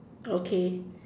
okay